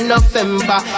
November